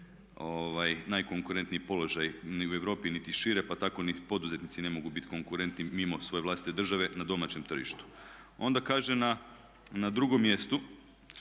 najkonkurentniji položaj ni u Europi niti šire pa tako niti poduzetnici ne mogu biti konkurentni mimo svoje vlastite države na domaćem tržištu. Onda kaže na drugom mjestu